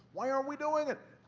why aren't we doing it?